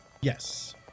Yes